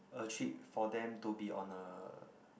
a treat for them to be on a